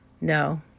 No